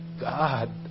God